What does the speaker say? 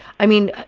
i mean,